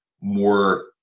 more